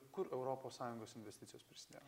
kur europos sąjungos investicijos prisidėjo